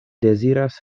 deziras